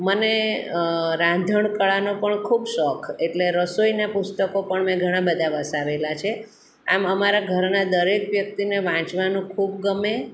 મને રાંધણ કળાનો પણ ખૂબ શોખ એટલે રસોઈના પુસ્તકો પણ મેં ઘણા બધા વસાવેલા છે આમ અમારા ઘરના દરેક વ્યક્તિને વાંચવાનો ખૂબ ગમે